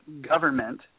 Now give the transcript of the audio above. government